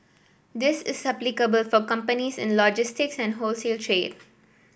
this is applicable for companies in logistics and wholesale trade